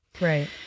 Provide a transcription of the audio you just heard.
Right